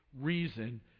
reason